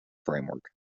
framework